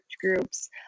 groups